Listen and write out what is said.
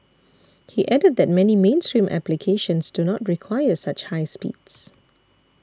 he added that many mainstream applications do not quite require such high speeds